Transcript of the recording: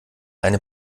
eine